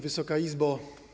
Wysoka Izbo!